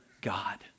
God